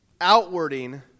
outwarding